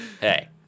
Hey